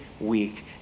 week